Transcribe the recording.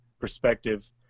perspective